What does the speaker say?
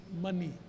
money